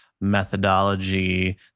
methodology